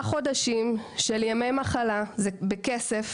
חודשים של ימי מחלה שהפרישו לעובד הזר לאורך שנות העסקתו